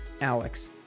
Alex